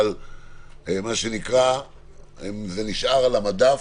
אבל זה נשאר על המדף,